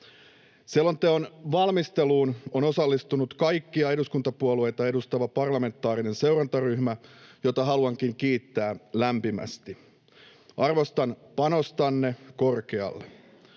Selonteon valmisteluun on osallistunut kaikkia eduskuntapuolueita edustava parlamentaarinen seurantaryhmä, jota haluankin kiittää lämpimästi. Arvostan panostanne korkealle.